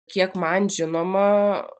kiek man žinoma